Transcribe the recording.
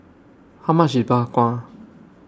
How much IS Bak Kwa